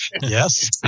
Yes